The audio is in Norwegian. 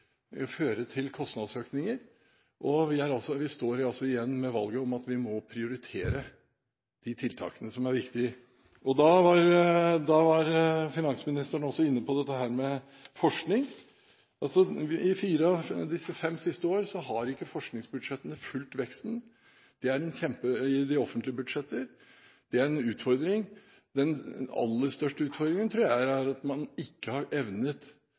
føre til kostnadsøkninger. Vi står igjen med at vi må prioritere de tiltakene som er viktige. Finansministeren var også inne på forskning. De siste fire–fem år har ikke forskningsbudsjettene fulgt veksten i de offentlige budsjetter. Det er en utfordring. Jeg tror den aller største utfordringen er at man ikke har evnet